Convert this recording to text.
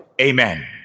Amen